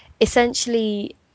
essentially